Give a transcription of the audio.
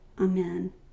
Amen